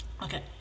Okay